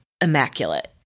immaculate